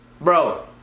bro